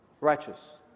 righteous